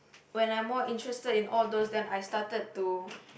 when I'm more interested in all those then I started to